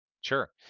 Sure